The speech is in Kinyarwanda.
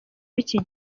w’iki